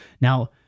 Now